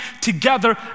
together